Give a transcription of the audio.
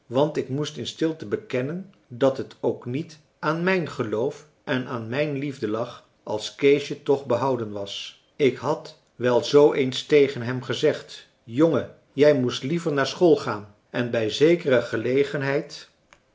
want ik moest in stilte bekennen dat het ook niet aan mijn geloof en aan mijn liefde lag als keesje toch behouden was ik had wel zoo eens tegen hem gezegd jongen jij moest liever naar school gaan en bij zekere gelegenheid